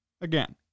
Again